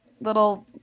little –